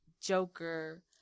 joker